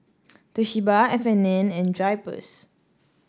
Toshiba F and N and Drypers